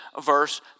verse